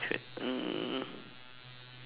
mm